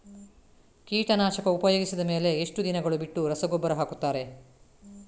ಕೀಟನಾಶಕ ಉಪಯೋಗಿಸಿದ ಮೇಲೆ ಎಷ್ಟು ದಿನಗಳು ಬಿಟ್ಟು ರಸಗೊಬ್ಬರ ಹಾಕುತ್ತಾರೆ?